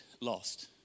lost